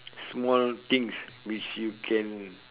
small things which you can